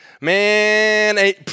Man